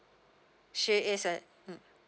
she is a mm